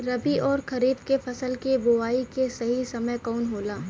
रबी अउर खरीफ के फसल के बोआई के सही समय कवन होला?